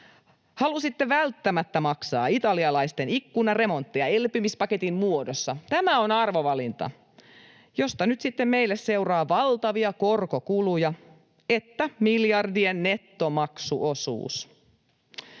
Halusitte välttämättä maksaa italialaisten ikkunaremonttia elpymispaketin muodossa. Tämä on arvovalinta, josta nyt sitten meille seuraa sekä valtavia korkokuluja että miljardien nettomaksuosuus.